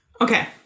Okay